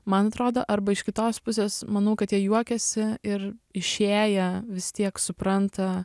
man atrodo arba iš kitos pusės manau kad jie juokiasi ir išėję vis tiek supranta